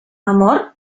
amor